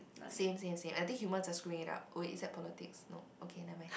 same same same I think humans are screwing it up wait is that politics no okay never mind